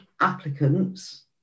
applicants